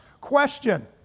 question